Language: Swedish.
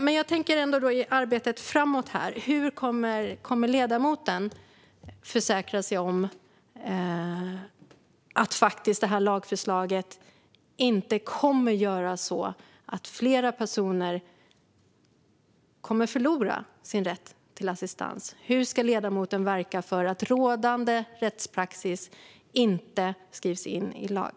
Hur kommer ledamoten i det kommande arbetet att försäkra sig om att detta lagförslag faktiskt inte kommer att göra att fler personer förlorar sin rätt till assistans? Hur ska ledamoten verka för att rådande rättspraxis inte skrivs in i lag?